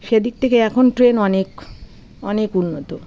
সে দিক থেকে এখন ট্রেন অনেক অনেক উন্নত